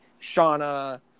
Shauna